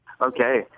Okay